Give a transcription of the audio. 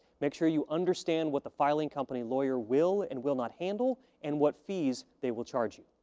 make sure you understand what the filing company lawyer will and will not handle and what fees they will charge you.